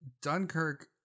Dunkirk